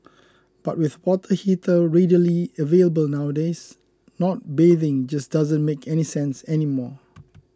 but with water heater readily available nowadays not bathing just doesn't make any sense anymore